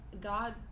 God